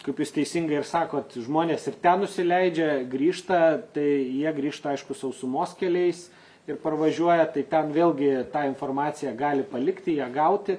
kaip jūs teisingai ir sakot žmonės ir ten nusileidžia grįžta tai jie grįžta aišku sausumos keliais ir parvažiuoja tai ten vėlgi tą informaciją gali palikti ją gauti